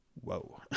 whoa